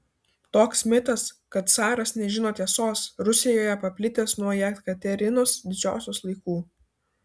toks mitas kad caras nežino tiesos rusijoje paplitęs nuo jekaterinos didžiosios laikų